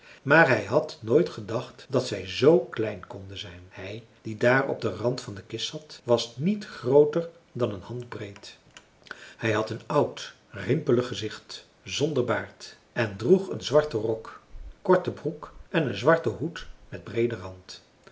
maar hij had nooit gedacht dat zij z klein konden zijn hij die daar op den rand van de kist zat was niet grooter dan een handbreed hij had een oud rimpelig gezicht zonder baard en droeg een zwarten rok korte broek en een zwarten hoed met breeden rand